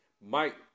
Mike